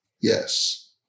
Yes